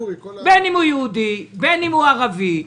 בין אם הוא יהודי ובין אם הוא ערבי,